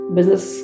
Business